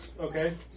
okay